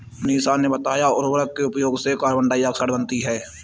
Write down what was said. मनीषा ने बताया उर्वरक के प्रयोग से कार्बन डाइऑक्साइड बनती है